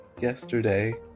Yesterday